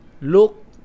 look